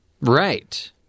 Right